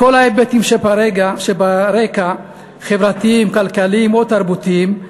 מכל ההיבטים שברקע, חברתיים, כלכליים ותרבותיים,